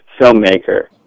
filmmaker